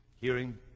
Hearing